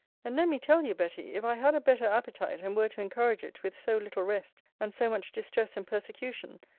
and let me tell you, betty, if i had a better appetite, and were to encourage it, with so little rest, and so much distress and persecution,